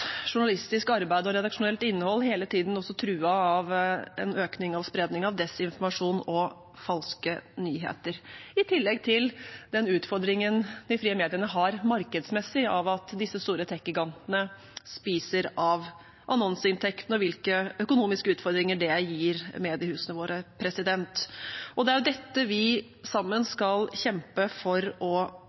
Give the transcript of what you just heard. journalistisk arbeid og redaksjonelt innhold hele tiden også truet av en økning av spredning av desinformasjon og falske nyheter – i tillegg til den utfordringen de frie mediene har markedsmessig av at disse store teknologigigantene spiser av annonseinntektene, og hvilke økonomiske utfordringer det gir mediehusene våre. Det er dette vi sammen skal kjempe for å